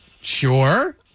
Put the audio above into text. Sure